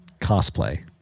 cosplay